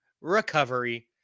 recovery